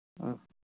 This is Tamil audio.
ம்